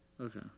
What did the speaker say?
Okay